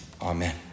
Amen